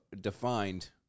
defined